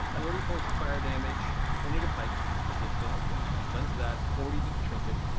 ah forty points of fire damage. twenty to pike, because she's resistant. like yeah none to that. forty to trinket.